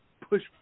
push